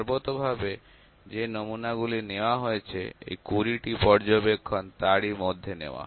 সর্বতোভাবে যে নমুনা গুলি নেওয়া হয়েছে এই ২০টি পর্যবেক্ষণ তারই মধ্যে নেওয়া